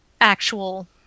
actual